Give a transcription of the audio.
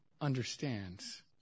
understands